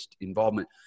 involvement